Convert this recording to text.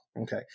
Okay